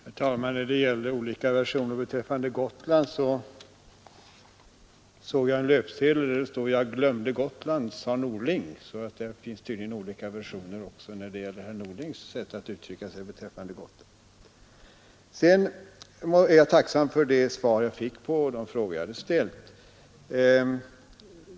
Herr talman! När det gäller olika versioner beträffande Gotlandstrafiken såg jag en löpsedel med orden: ”Jag glömde Gotland, sade Norling”. Det finns tydligen också olika versioner när det gäller herr Norlings sätt att uttrycka sig om Gotland. Jag är tacksam för de svar jag fick på mina frågor.